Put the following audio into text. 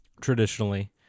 Traditionally